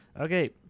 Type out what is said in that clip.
Okay